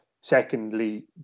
secondly